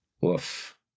Woof